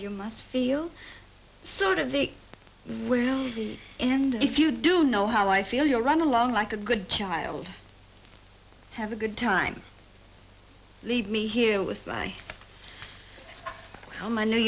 you must feel sort of the where you be and if you do know how i feel you run along like a good child have a good time leave me here with my oh my new